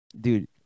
dude